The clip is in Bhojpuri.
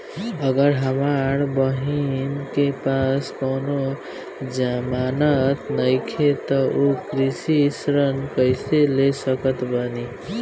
अगर हमार बहिन के पास कउनों जमानत नइखें त उ कृषि ऋण कइसे ले सकत बिया?